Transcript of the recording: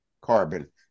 carbon